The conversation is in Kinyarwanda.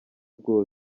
aribwo